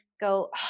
go